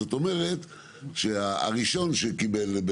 אז הראשון שקיבל,